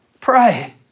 Pray